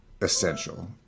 essential